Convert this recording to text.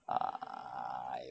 err